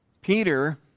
Peter